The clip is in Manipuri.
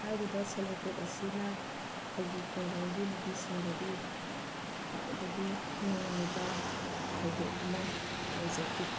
ꯍꯥꯏꯔꯤꯕ ꯁꯦꯜꯐ ꯍꯦꯜꯞ ꯒ꯭ꯔꯨꯞ ꯑꯁꯤꯅ ꯑꯩꯈꯣꯏꯒꯤ ꯈꯨꯡꯒꯪꯒꯤ ꯅꯨꯄꯤꯁꯤꯡꯗꯗꯤ ꯈ꯭ꯋꯥꯏꯗꯒꯤ ꯅꯨꯡꯉꯥꯏꯕ ꯊꯧꯗꯣꯛ ꯑꯃ ꯑꯣꯏꯖꯈꯤ